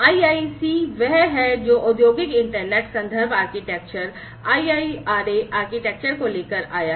IIC वह है जो Industrial Internet Reference Architecture IIRA architecture को लेकर आया है